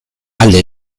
alde